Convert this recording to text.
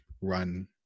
run